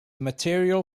material